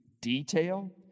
detail